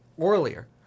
earlier